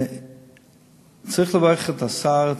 צריך לברך את השר,